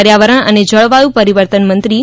પર્યાવરણ અને જળવાયુ પરિવર્તન મંત્રીએ તા